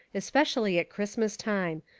especially at christmas time,